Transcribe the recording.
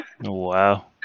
Wow